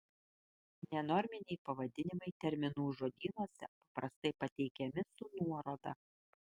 nenorminiai pavadinimai terminų žodynuose paprastai pateikiami su nuoroda